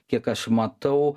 kiek aš matau